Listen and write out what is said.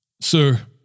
Sir